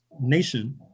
nation